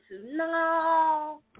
no